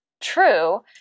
true